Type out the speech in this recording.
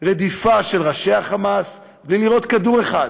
ברדיפה של ראשי ה"חמאס" בלי לירות כדור אחד.